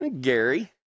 Gary